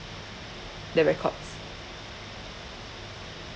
the records